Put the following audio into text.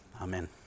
Amen